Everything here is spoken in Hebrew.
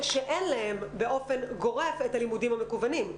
שאין להם באופן גורף את הלימודים המקוונים.